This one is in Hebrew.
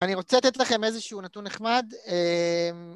אני רוצה לתת לכם איזשהו נתון נחמד